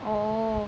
oo